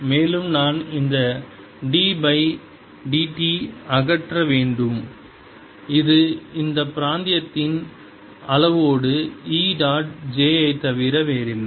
மேலும் நான் இந்த d பை dt அகற்ற வேண்டும் இது இந்த பிராந்தியத்தின் அளவோடு E டாட் j ஐத் தவிர வேறில்லை